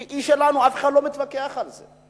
היא שלנו, אף אחד לא מתווכח על זה.